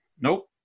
Nope